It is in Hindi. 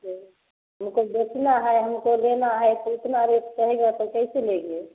अच्छा हमको देखना है हमको लेना है तो इतना रेट कहेगा तो कैसे लेंगे